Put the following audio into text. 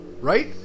right